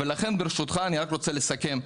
אני רק רוצה לסכם.